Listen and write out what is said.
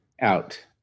out